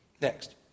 Next